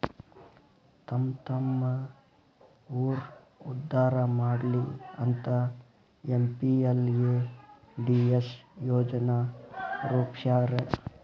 ತಮ್ಮ್ತಮ್ಮ ಊರ್ ಉದ್ದಾರಾ ಮಾಡ್ಲಿ ಅಂತ ಎಂ.ಪಿ.ಎಲ್.ಎ.ಡಿ.ಎಸ್ ಯೋಜನಾ ರೂಪ್ಸ್ಯಾರ